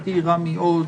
ועמיתי רמי הוד,